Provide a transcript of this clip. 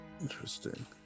Interesting